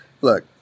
look